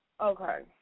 Okay